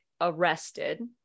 arrested